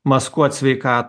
maskuot sveikatos